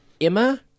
Emma